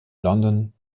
london